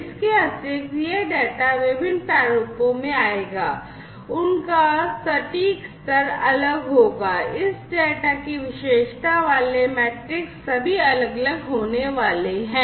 इसके अतिरिक्त यह डेटा विभिन्न प्रारूपों में आएगा उनका सटीक स्तर अलग होगा इस डेटा की विशेषता वाले मैट्रिक्स सभी अलग अलग होने वाले हैं